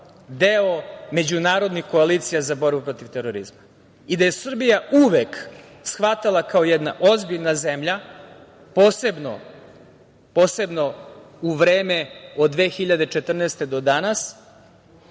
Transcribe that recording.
deo međunarodnih koalicija za borbu protiv terorizma i da je Srbija uvek shvatala kao jedna ozbiljna zemlja, posebno u vreme od 2014. godine